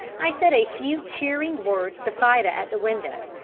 i said a few cheering words to fida at the window,